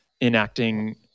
enacting